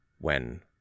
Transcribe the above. when